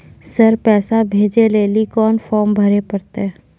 Sir पैसा भेजै लेली कोन फॉर्म भरे परतै?